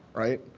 right?